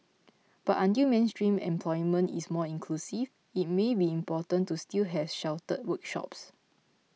but until mainstream employment is more inclusive it may be important to still have sheltered workshops